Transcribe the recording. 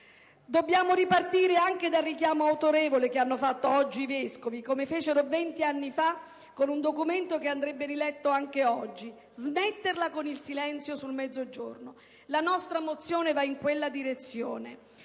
Dobbiamo ripartire anche dal richiamo autorevole che hanno fatto oggi i vescovi, come fecero vent'anni fa con un documento che andrebbe riletto anche oggi. Smetterla con il silenzio sul Mezzogiorno! La nostra mozione va in quella direzione.